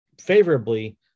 favorably